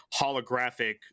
holographic